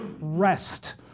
rest